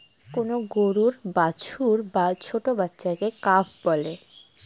কোন গরুর বাছুর বা ছোট্ট বাচ্চাকে কাফ বলে